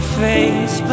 face